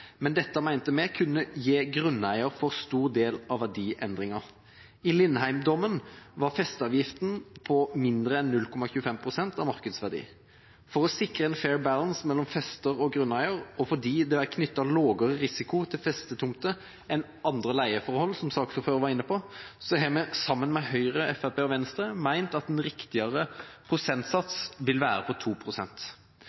men dette mente vi kunne gi grunneier for stor del av verdiendringa. I Lindheim-dommen var festeavgiften på mindre enn 0,25 pst. av markedsverdi. For å sikre en «fair balance» mellom fester og grunneier og fordi det er knyttet lavere risiko til festetomter enn andre leieforhold, som saksordføreren var inne på, har vi sammen med Høyre, Fremskrittspartiet og Venstre ment at en riktigere sats vil være på